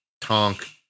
Tonk